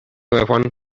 weapon